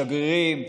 שגרירים,